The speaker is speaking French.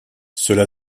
cela